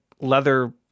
leather